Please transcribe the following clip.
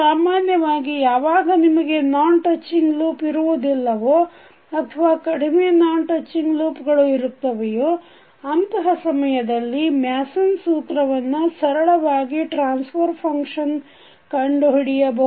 ಸಾಮಾನ್ಯವಾಗಿ ಯಾವಾಗ ನಿಮಗೆ ನಾನ್ ಟಚ್ಚಿಂಗ್ ಲೂಪ್ ಇರುವುದಿಲ್ಲವೋ ಅಥವಾ ಕಡಿಮೆ ನಾನ್ ಟಚ್ಚಿಂಗ್ ಲೂಪ್ ಗಳು ಇರುತ್ತವೆಯೋ ಅಂತಹ ಸಮಯದಲ್ಲಿ ಮ್ಯಾಸನ್ ಸೂತ್ರವನ್ನು ಬಳಸಿ ಸರಳವಾಗಿ ಟ್ರಾನ್ಸಫರ್ ಫಂಕ್ಷನ್ ಕಂಡುಹಿಡಿಯಬಹುದು